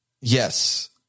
Yes